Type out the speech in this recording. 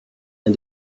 and